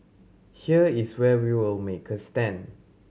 here is where we will make a stand